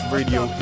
Radio